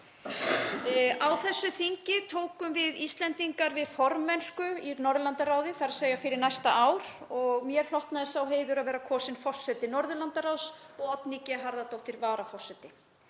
Á þessu þingi tókum við Íslendingar við formennsku í Norðurlandaráði, þ.e. fyrir næsta ár, og mér hlotnaðist sá heiður að vera kosin forseti Norðurlandaráðs og Oddný G. Harðardóttir varaforseti.